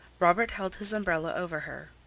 robert held his umbrella over her.